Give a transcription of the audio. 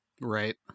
Right